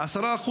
10%,